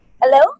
Hello